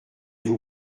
vous